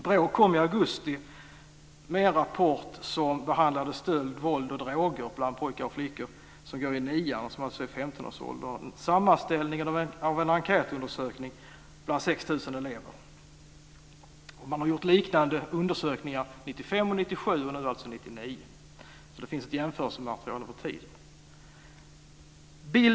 BRÅ kom i augusti med en rapport som behandlade stöld, våld och droger bland pojkar och flickor som går i nian, och som alltså är i 15-årsåldern. Det var en sammanställning av en enkätundersökning bland 6 000 elever. Man har gjort liknande undersökningar 1995 och 1997, men det här var alltså 1999. Det finns alltså ett jämförelsematerial över tid.